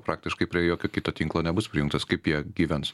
praktiškai prie jokio kito tinklo nebus prijungtas kaip jie gyvens